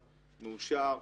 מאושר,